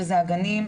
שזה הגנים,